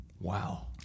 Wow